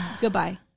Goodbye